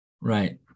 right